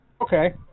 Okay